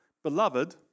Beloved